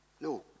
No